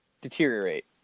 deteriorate